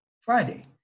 Friday